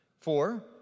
Four